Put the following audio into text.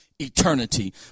eternity